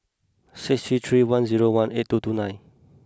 six three three one zero one eight two two nine